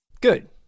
Good